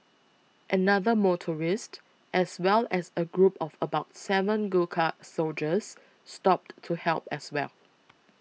another motorist as well as a group of about seven Gurkha soldiers stopped to help as well